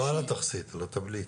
לא על התכסית, על התבליט.